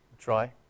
try